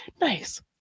Nice